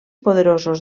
poderosos